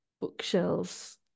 bookshelves